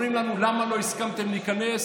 אומרים לנו: למה לא הסכמתם להיכנס?